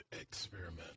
experiment